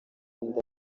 y’inda